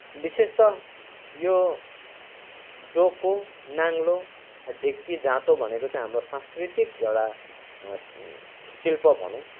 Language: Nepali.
विशेष त यो डोको नाङ्लो ढिकी जाँतो भनेको चाहिँ हाम्रो सांस्कृतिक एउटा शिल्प भनौँ